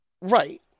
Right